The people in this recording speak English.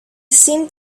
seemed